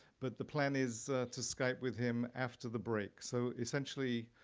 but the plan is to skype with him after the break. so essentially,